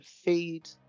feed